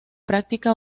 práctica